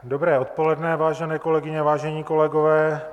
Dobré odpoledne, vážené kolegyně, vážení kolegové.